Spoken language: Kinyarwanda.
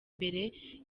mbere